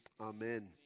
amen